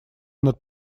над